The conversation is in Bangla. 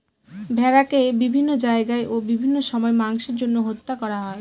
ভেড়াকে বিভিন্ন জায়গায় ও বিভিন্ন সময় মাংসের জন্য হত্যা করা হয়